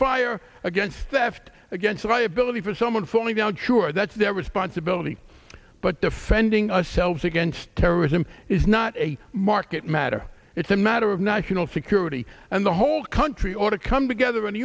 fire against theft against a viability for someone falling down sure that's their responsibility but defending ourselves against terrorism is not a market matter it's a matter of national security and the whole country ought to come together